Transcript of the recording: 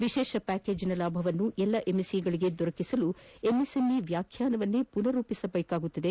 ವಿಶೇಷ ಪ್ಯಾಕೇಜ್ನ ಲಾಭವನ್ನು ಎಲ್ಲಾ ಎಂಎಸ್ಎಂಇಗಳಿಗೆ ದೊರಕಿಸಲು ಎಂಎಸ್ಎಂಇ ವ್ಯಾಖ್ಯಾನವನ್ನು ಪುನರ್ ರೂಪಿಸಲಾಗುವುದು